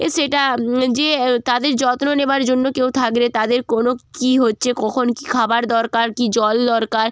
এ সেটা যে তাদের যত্ন নেবার জন্য কেউ থাকলে তাদের কোনো কী হচ্ছে কখন কী খাবার দরকার কী জল দরকার